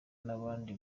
nabandi